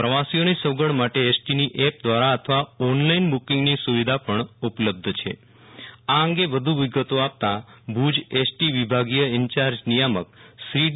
પ્રવાસીઓની સગવડ માટે એસટીની એપ દ્વારા અથવા ઓનલાઈન બુ કીંગની સુ વિધા પણ ઉપલબ્ધ છે આ અંગે વધુ વિગતો આપતા ભુજ એસટી વિભાગીય ઈન્યાર્જ નિયામક શ્રી સીડી